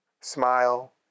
smile